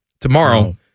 tomorrow